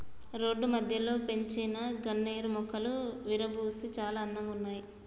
road మధ్యలో పెంచిన గన్నేరు మొక్కలు విరగబూసి చాలా అందంగా ఉన్నాయి